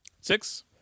Six